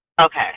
okay